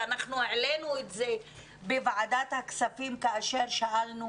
ואנחנו העלינו את זה בוועדת הכספים כאשר שאלנו